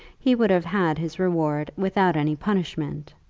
he would have had his reward without any punishment.